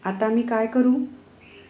आता मी काय करू